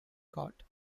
court